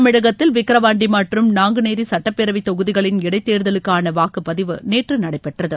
தமிழகத்தில் விக்ரவாண்டி மற்றும் நாங்குநேரி சுட்டப்பேரவை தொகுதிகளின் இடைத்தேர்தலுக்கான வாக்குப்பதிவு நேற்று நடைபெற்றது